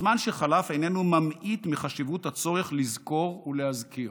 הזמן שחלף איננו ממעיט מחשיבות הצורך לזכור ולהזכיר.